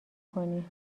کنی